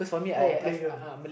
oh play girl